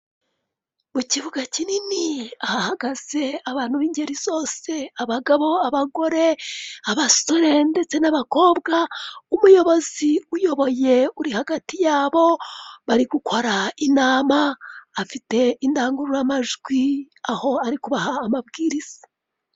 Mu kibuga kinini ahahagaze abantu bingeri zose abagabo, abagore, abasore ndetse n'abakobwa umuyobozi uyoboye uri hagati yabo barigukora inama afite indangururamajwi aho ari kubaha amabwiriza.